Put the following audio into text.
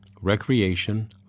recreation